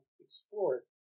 explore